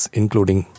including